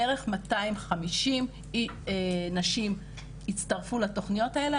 בערך 250 נשים הצטרפו לתוכניות האלה,